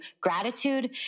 gratitude